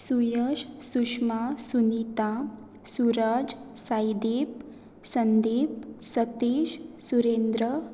Suyash Sushma Sunita Suraj Saideep Sandeep Satish Surendra